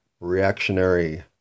reactionary